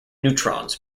neutrons